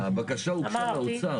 הבקשה הוגשה לאוצר.